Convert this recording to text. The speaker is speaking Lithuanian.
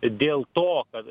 dėl to kad